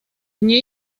nie